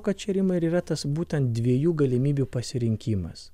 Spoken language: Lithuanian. kad čia rimai ir yra tas būtent dviejų galimybių pasirinkimas